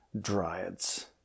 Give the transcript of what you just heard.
Dryads